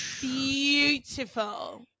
Beautiful